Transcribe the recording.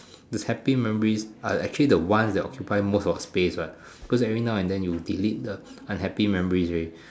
these happy memories are actually the ones that occupy most of space what cause every now and then you delete the unhappy memories already